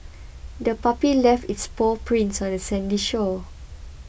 the puppy left its paw prints on the sandy shore